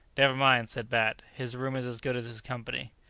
never mind! said bat, his room is as good as his company.